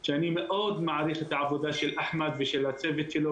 אני רק אגיד בכללי שאנחנו עובדים באופן הדוק עם